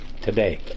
today